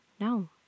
no